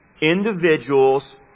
individuals